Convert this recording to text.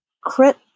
crit